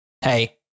hey